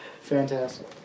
Fantastic